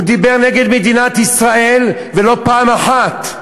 הוא דיבר נגד מדינת ישראל, ולא פעם אחת.